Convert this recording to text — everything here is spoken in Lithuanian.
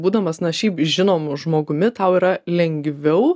būdamas na šiaip žinomu žmogumi tau yra lengviau